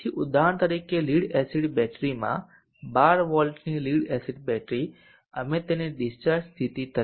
તેથી ઉદાહરણ તરીકે લીડ એસિડ બેટરીમાં 12 વોલ્ટની લીડ એસિડ બેટરી અમે તેને ડીસ્ચાર્જ સ્થિતિ તરીકે 10